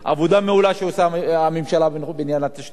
אבל אם לא ניקח את הנושא של המגזר הערבי,